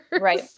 Right